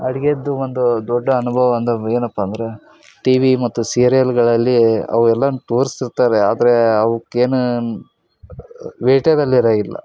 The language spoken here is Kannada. ಅಡುಗೆದ್ದು ಒಂದು ದೊಡ್ಡ ಅನುಭವ ಅಂದ್ರೆ ಏನಪ್ಪ ಅಂದ್ರೆ ಟಿವಿ ಮತ್ತು ಸೀರಿಯಲ್ಗಳಲ್ಲಿ ಅವೆಲ್ಲ ತೋರ್ಸಿ ಇರ್ತಾರೆ ಆದರೆ ಅವ್ಕೆ ಏನು ಇಲ್ಲ